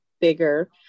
bigger